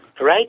right